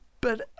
But